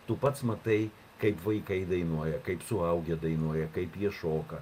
tu pats matai kaip vaikai dainuoja kaip suaugę dainuoja kaip jie šoka